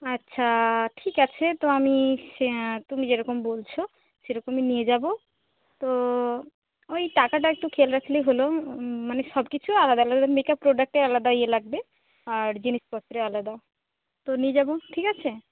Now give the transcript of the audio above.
আচ্ছা ঠিক আছে তো আমি সে তুমি যেরকম বলছো সেরকমই নিয়ে যাবো তো ওই টাকাটা একটু খেয়াল রাখলেই হলো ম মানে সব কিছু আলাদা আলাদা মেক আপ প্রোডাক্টে আলাদা ইয়ে লাগবে আর জিনিসপত্রে আলাদা তো নিয়ে যাবো ঠিক আছে